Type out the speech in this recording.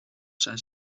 zijn